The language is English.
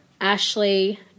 Ashley